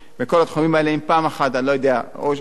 מישהו שם יקבל שכל, אנחנו ניראה אחרת.